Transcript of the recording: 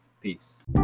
Peace